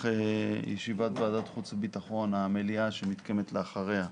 ישיבת מליאת ועדת החוץ והביטחון שמתקיימת לאחריה.